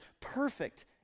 perfect